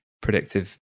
predictive